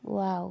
wow